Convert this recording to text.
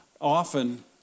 often